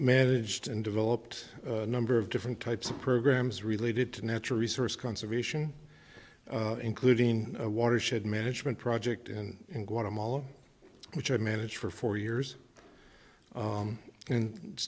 managed and developed a number of different types of programs related to natural resource conservation including a watershed management project in guatemala which i managed for four years